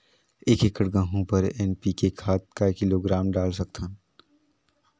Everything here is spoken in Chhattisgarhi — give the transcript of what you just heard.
एक एकड़ गहूं बर एन.पी.के खाद काय किलोग्राम डाल सकथन?